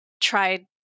tried